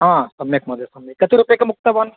हा सम्यक् महोदय सम्यक् कति रूप्यकम् उक्तवान्